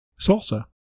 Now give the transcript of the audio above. salsa